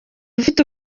mfite